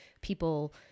people